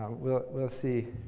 um we'll we'll see